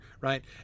right